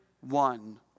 one